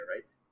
right